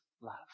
love